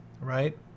right